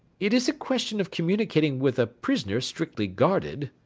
it is a question of communicating with a prisoner strictly guarded.